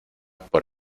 por